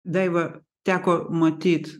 daiva teko matyt